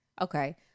Okay